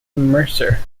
mercer